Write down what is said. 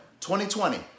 2020